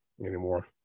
anymore